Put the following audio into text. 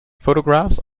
photographs